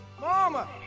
mama